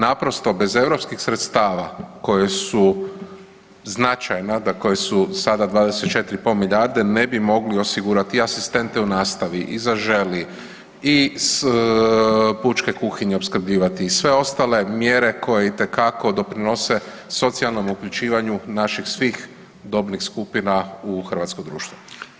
Naprosto bez europskih sredstava koja su značajna, koja su sada 24 i pol milijarde ne bi mogli osigurati i asistente u nastavi i Zaželi i pučke kuhinje opskrbljivati i sve ostale mjere koje itekako doprinose socijalnom uključivanju naših svih dobnih skupina u hrvatsko društvo.